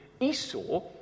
Esau